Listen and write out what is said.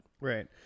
Right